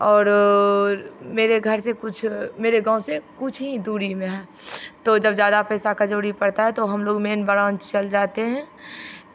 और मेरे घर से कुछ मेरे गाँव से कुछ हो दूरी में है तो जब ज़्यादा पैसा का जरूरी पड़ता है तो हमलोग मेन ब्रांच चले जाते हैं